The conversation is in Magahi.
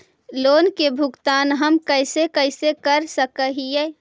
लोन के भुगतान हम कैसे कैसे कर सक हिय?